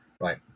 right